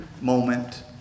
moment